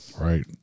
Right